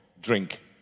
drink